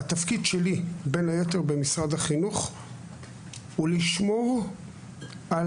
התפקיד שלי בין היתר במשרד החינוך הוא לשמור על